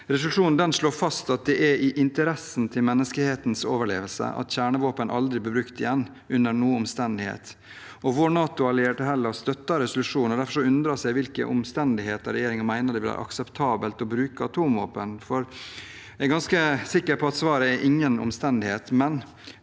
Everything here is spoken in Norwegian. Resolusjonen slår fast at det er i interessen til menneskehetens overlevelse at kjernevåpen aldri blir brukt igjen – ikke under noen omstendighet. Hellas, vår NATO-allierte, støttet resolusjonen. Derfor undrer jeg meg over i hvilke omstendigheter regjeringen mener det vil være akseptabelt å bruke atomvåpen. Jeg er ganske sikker på at svaret er ingen omstendigheter,